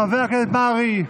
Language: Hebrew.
חבר הכנסת מרעי,